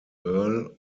earl